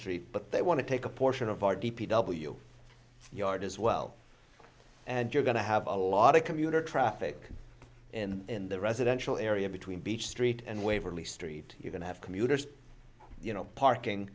street but they want to take a portion of our d p w yard as well and you're going to have a lot of commuter traffic in the residential area between beach street and waverly street you're going to have commuters you know parking